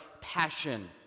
passion